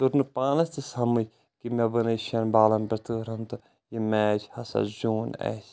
توٚر نہٕ پانس تہِ سمج کہِ مےٚ بنٲے شیٚن بالن پٮ۪ٹھ ترٕٛہ رنٛگ تہٕ یہِ میچ ہسا زیوٗن اسہِ